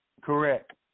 Correct